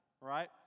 right